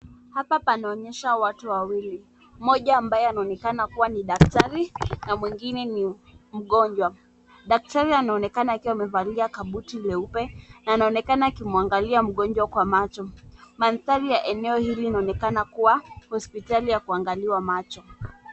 Hapa panaonyesha watu wawili. Mmoja ambaye anaonekana kuwa ni daktari na mwingine ni mgonjwa. Daktari anaonekana akiwa amevalia kabuti leupe na anaonekana akimwangalia mgonjwa kwa macho. Mandhari ya eneo hili inaonekana kuwa hospitali ya kuangaliwa macho.